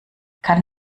kann